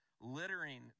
littering